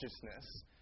consciousness